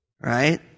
Right